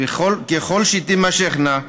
וככל שתימשכנה,